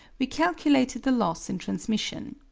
we calculated the loss in transmission.